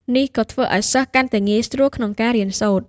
នេះក៏ធ្វើឱ្យសិស្សកាន់តែងាយស្រួលក្នុងការរៀនសូត្រ។